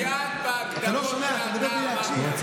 שאלתי אותך אם הוא דיין בהגדרות.